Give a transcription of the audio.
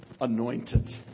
anointed